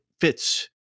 fits